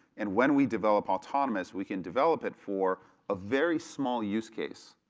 and when we develop autonomous, we can develop it for a very small use case.